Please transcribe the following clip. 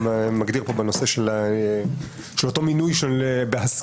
מגדיר פה בנושא של אותו מינוי בהסכמה.